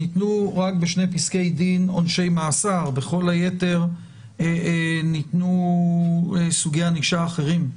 ניתנו רק בשני פסקי דין עונשי מאסר ובכל היתר ניתנו סוגי ענישה אחרים.